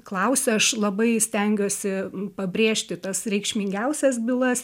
klausia aš labai stengiuosi pabrėžti tas reikšmingiausias bylas